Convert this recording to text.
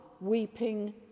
weeping